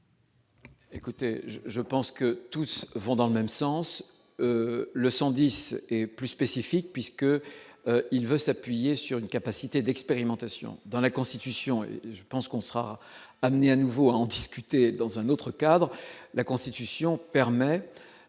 écoutez, je pense que tous vont dans le même sens, le 110 et plus spécifique, puisque il veut s'appuyer sur une capacité d'expérimentation dans la Constitution, je pense qu'on sera amené à nouveau à en discuter dans un autre cadre, la Constitution permet